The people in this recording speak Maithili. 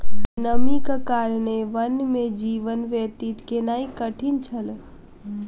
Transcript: नमीक कारणेँ वन में जीवन व्यतीत केनाई कठिन छल